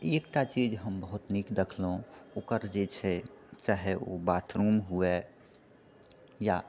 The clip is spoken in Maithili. एकटा चीज हम बहुत नीक दखलहुँ ओकर जे छै चाहे ओ बाथरूम हुए या